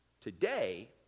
today